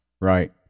Right